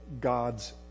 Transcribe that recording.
God's